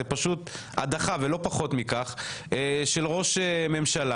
זאת פשוט הדחה ולא פחות מכך, הדחה של ראש ממשלה.